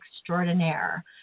Extraordinaire